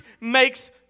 makes